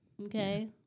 Okay